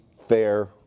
fair